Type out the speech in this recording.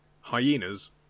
hyenas